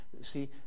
see